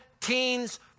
teens